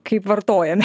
kaip vartojame